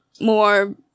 more